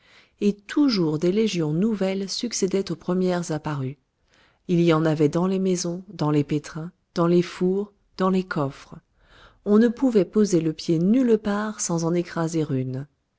et toujours des légions nouvelles succédaient aux premières apparues il y en avait dans les maisons dans les pétrins dans les fours dans les coffres on ne pouvait poser le pied nulle part sans en écraser une